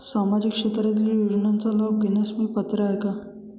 सामाजिक क्षेत्रातील योजनांचा लाभ घेण्यास मी पात्र आहे का?